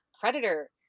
Predator